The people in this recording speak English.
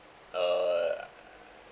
uh